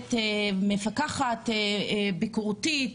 ככנסת מפקחת ביקורתית,